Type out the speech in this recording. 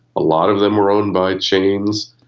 a lot of them were owned by chains,